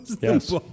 Yes